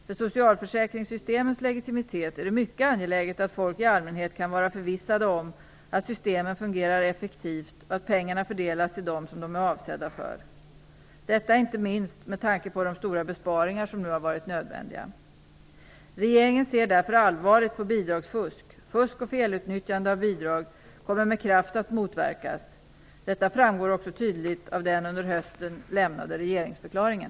För socialförsäkringssystemens legitimitet är det mycket angeläget att folk i allmänhet kan vara förvissade om att systemen fungerar effektivt och att pengarna fördelas till dem som de är avsedda för - detta inte minst med tanke på de stora besparingar som nu har varit nödvändiga. Regeringen ser därför allvarligt på bidragsfusk. Fusk och felutnyttjande av bidrag kommer med kraft att motverkas. Detta framgår också tydligt av den under hösten lämnade regeringsförklaringen.